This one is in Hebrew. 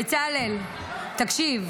בצלאל, תקשיב.